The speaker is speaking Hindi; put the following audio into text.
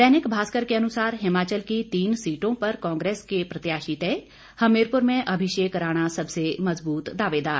दैनिक भास्कर के अनुसार हिमाचल की तीन सीटों पर कांग्रेस के प्रत्याशी तय हमीरपुर में अभिषेक राणा सबसे मजबूत दावेदार